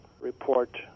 report